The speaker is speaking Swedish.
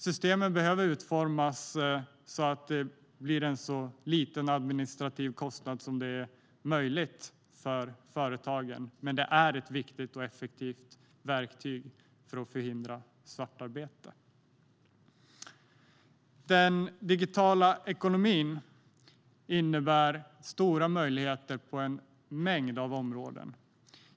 Systemen behöver utformas så att det blir en så liten administrativ kostnad som möjligt för företagen, men det är ett viktigt och effektivt verktyg för att förhindra svartarbete. Den digitala ekonomin innebär stora möjligheter på en mängd områden.